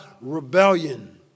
rebellion